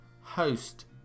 host